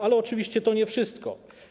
Ale oczywiście to nie wszystko.